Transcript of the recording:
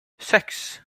six